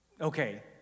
Okay